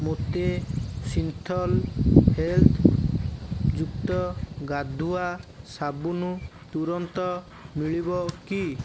ମୋତେ Cinthol health ଯୁକ୍ତ ଗାଧୁଆ ସାବୁନ ତୁରନ୍ତ ମିଳିବ କି